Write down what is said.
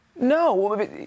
No